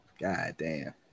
Goddamn